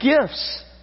gifts